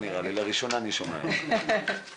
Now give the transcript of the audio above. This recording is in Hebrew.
לראשונה אני שומע את זה.